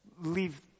Leave